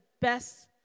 best